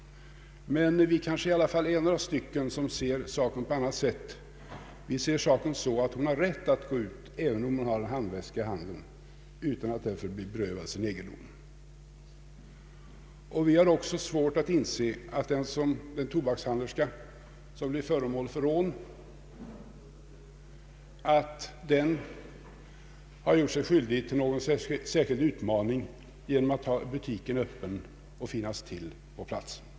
Men vi kanske ändå är några som ser saken på annat sätt. Vi ser saken så att man har rätt att gå ut, även om man har en handväska i handen, utan att därför bli berövad sin egendom, Vi har också svårt att inse att den tobakshandlerska som blir föremål för rån har gjort sig skyldig till någon särskild utmaning genom att hålla butiken öppen och finnas till på platsen.